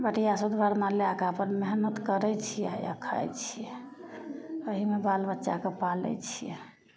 बटिआ सुदिभरना लैके अपन मेहनत करै छिए आओर खाइ छिए एहिमे बालबच्चाकेँ पालै छिए